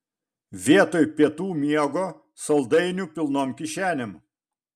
vietoj pietų miego saldainių pilnom kišenėm